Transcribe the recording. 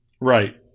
Right